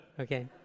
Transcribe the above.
okay